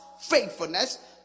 faithfulness